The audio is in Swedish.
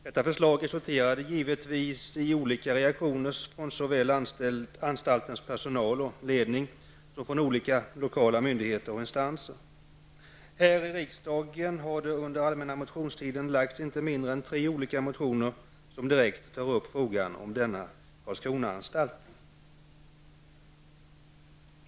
Detta förslag resulterade givetvis i olika reaktioner såväl från anstaltens personal och ledning som från olika lokala myndigheter och instanser. Här i riksdagen har det under den allmänna motionstiden lagts fram inte mindre än tre olika motioner som direkt tar upp frågan om Karlskronaanstalten.